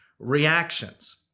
reactions